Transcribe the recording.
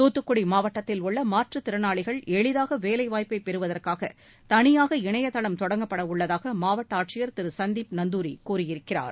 தூத்துக்குடி மாவட்டத்தில் உள்ள மாற்றுத் திறனாளிகள் எளிதாக வேலை வாய்ப்பை பெறுவதற்காக தளியாக இணைய தளம் தொடங்கப்பட உள்ளதாக மாவட்ட ஆட்சியர் திரு சந்தீப் நந்தூரி கூறியிருக்கிறார்